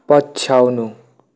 पछ्याउनु